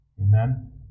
amen